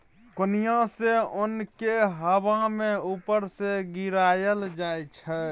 कोनियाँ सँ ओन केँ हबा मे उपर सँ गिराएल जाइ छै